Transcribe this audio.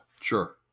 Sure